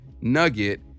nugget